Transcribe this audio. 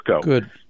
Good